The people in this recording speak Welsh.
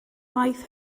waith